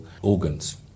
organs